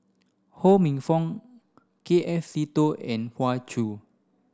Ho Minfong K F Seetoh and Hoey Choo